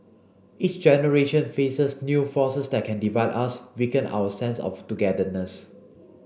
each generation faces new forces that can divide us weaken our sense of togetherness